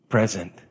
Present